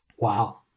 Wow